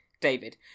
David